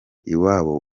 iwabo